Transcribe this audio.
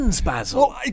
Basil